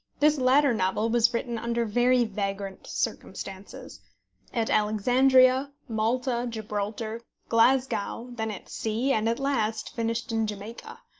this latter novel was written under very vagrant circumstances at alexandria, malta, gibraltar, glasgow, then at sea, and at last finished in jamaica.